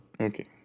Okay